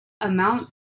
amount